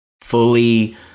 fully